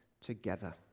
together